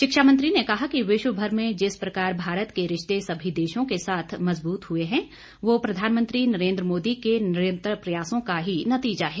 शिक्षा मंत्री ने कहा कि विश्वभर में जिस प्रकार भारत के रिश्ते सभी देशों के साथ मजबूत हुए हैं वह प्रधानमंत्री मोदी के निरतंर प्रयासों का ही नतीजा है